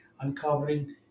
uncovering